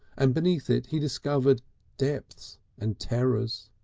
and beneath it he discovered depths and terrors.